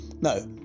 No